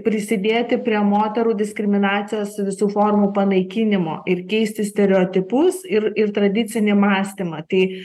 prisidėti prie moterų diskriminacijos visų formų panaikinimo ir keisti stereotipus ir ir tradicinį mąstymą tai